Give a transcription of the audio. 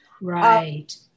Right